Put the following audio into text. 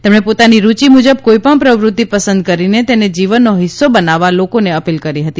તેમણે પોતાની રૂચિ મુજબ કોઇપણ પ્રવૃત્તિ પસંદ કરીને તેને જીવનનો હિસ્સો બનાવવા લોકોને અપીલ કરી હતી